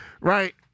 Right